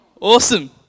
Awesome